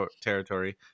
territory